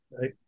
right